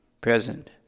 present